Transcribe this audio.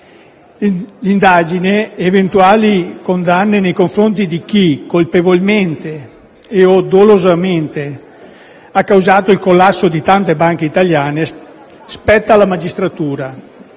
L'indagine ed eventuali condanne nei confronti di chi - colpevolmente e/o dolosamente - ha causato il collasso di tante banche italiane spetta alla magistratura,